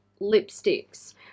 lipsticks